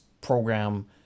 program